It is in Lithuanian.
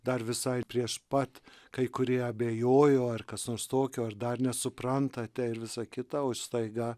dar visai prieš pat kai kurie abejojo ar kas nors tokio ar dar nesuprantate ir visa kita o staiga